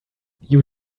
you